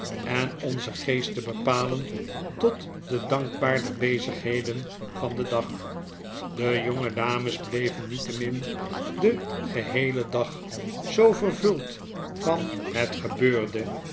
en onzen geest te bepalen tot de dankbaarder bezigheden van den dag de jonge dames bleven niettemin den geheelen dag zoo vervuld van het gebeurde